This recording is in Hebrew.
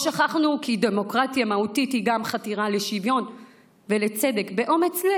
או ששכחנו כי דמוקרטיה מהותית היא גם חתירה לשוויון ולצדק באומץ לב?